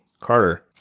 Carter